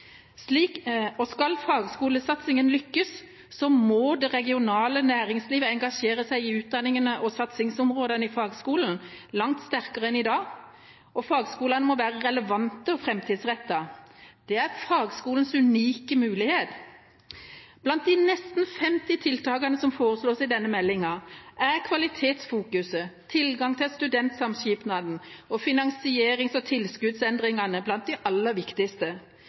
Skal fagskolesatsingen lykkes, må det regionale næringslivet engasjere seg i utdanningene og satsingsområdene i fagskolene langt sterkere enn i dag, og fagskolene må være relevante og framtidsrettede. Det er fagskolenes unike mulighet. Blant de nesten 50 tiltakene som foreslås i denne meldinga, er kvalitetsfokuset, tilgang til studentsamskipnadene, finansierings- og tilskuddsendringene blant de aller viktigste.